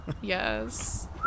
Yes